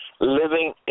living